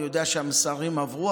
אני יודע שהמסרים עברו,